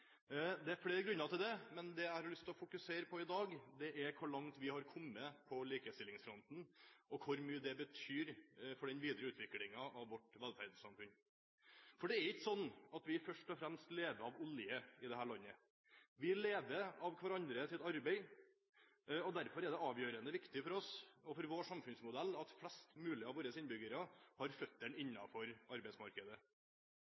Det er flere grunner til det, men det jeg har lyst til å fokusere på i dag, er hvor langt vi har kommet på likestillingsfronten og hvor mye det betyr for den videre utviklingen av vårt velferdssamfunn. For det er ikke sånn at vi først og fremst lever av olje her i landet. Vi lever av hverandres arbeid, og derfor er det avgjørende viktig for oss og for vår samfunnsmodell at flest mulig av våre innbyggere har